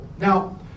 Now